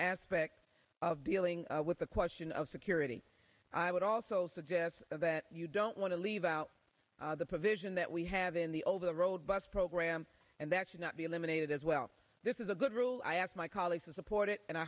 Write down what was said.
aspect of dealing with the question of security i would also suggest that you don't want to leave out the provision that we have in the old a robust program and that should not be eliminated as well this is a good rule i ask my colleagues to support it and i